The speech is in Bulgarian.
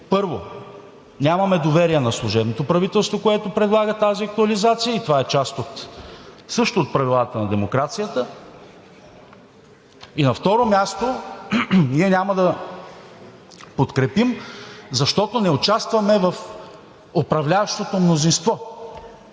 първо, нямаме доверие на служебното правителство, което предлага тази актуализация, и това също е част от правилата на демокрацията, и на второ място, ние няма да подкрепим, защото не участваме в управляващото мнозинство.